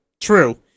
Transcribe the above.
true